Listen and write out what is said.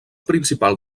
principal